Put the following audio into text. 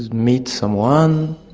meet someone,